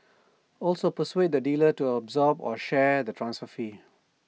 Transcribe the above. also persuade the dealer to absorb or share the transfer fee